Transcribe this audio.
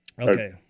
okay